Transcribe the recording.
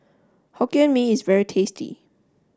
Hokkien Mee is very tasty